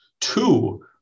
Two